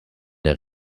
der